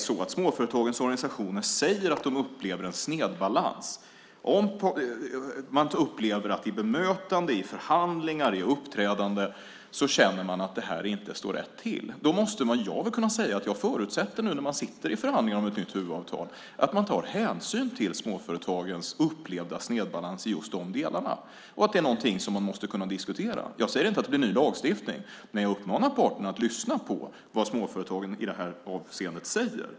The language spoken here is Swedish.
Om småföretagens organisationer säger att de upplever en snedbalans och om man upplever att man i bemötande, förhandlingar och uppträdande känner att det inte står rätt till måste väl jag kunna säga att jag förutsätter att man, när man sitter i förhandlingar om ett nytt huvudavtal, tar hänsyn till småföretagens upplevda snedbalans i de delarna och att det är något som man måste kunna diskutera. Jag säger inte att det blir en ny lagstiftning, men jag uppmanar parterna att lyssna på vad småföretagen säger i det här avseendet.